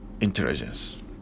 intelligence